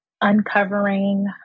Uncovering